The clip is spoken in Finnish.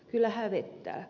kyllä hävettää